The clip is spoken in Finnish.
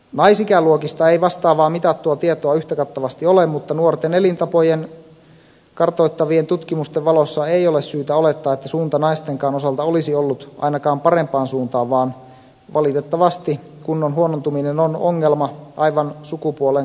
naisikäluokista ei vastaavaa mitattua tietoa yhtä kattavasti ole mutta nuorten elintapoja kartoittavien tutkimusten valossa ei ole syytä olettaa että suunta naistenkaan osalta olisi ollut ainakaan parempaan suuntaan vaan valitettavasti kunnon huonontuminen on ongelma aivan sukupuoleen katsomatta